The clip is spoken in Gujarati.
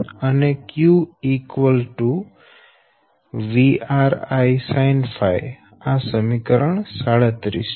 અને Q |VR| I sinɸ આ સમીકરણ 37 છે